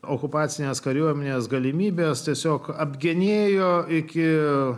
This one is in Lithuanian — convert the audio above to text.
okupacinės kariuomenės galimybės tiesiog apgenėjo iki